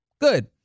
Good